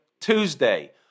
Tuesday